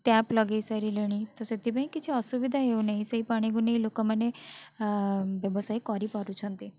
tap ଲଗାଇ ସାରିଲେଣି ତ ସେଥିପାଇଁ କିଛି ଅସୁବିଧା ହେଉନାହିଁ ସେଇ ପାଣିକୁ ନେଇ ଲୋକମାନେ ବ୍ୟବସାୟ କରିପାରୁଛନ୍ତି